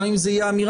גם אם זה יהיה אמירה,